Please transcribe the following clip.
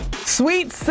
Sweet